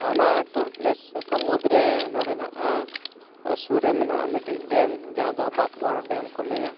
ᱟᱨ ᱚᱱᱟ tour place ᱠᱚ ᱢᱩᱫᱽᱨᱮ ᱱᱚᱸᱰᱮ ᱱᱟᱦᱟᱜ ᱟᱞᱮ ᱥᱩᱨ ᱨᱮ ᱢᱮᱱᱟᱜᱼᱟ ᱢᱤᱫᱴᱮᱱ ᱰᱮᱢ ᱡᱟᱦᱟᱸ ᱫᱚ ᱵᱟᱸᱠᱵᱚᱲ ᱰᱮᱢ ᱠᱚ ᱞᱟᱹᱭᱟ